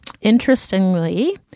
Interestingly